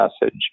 message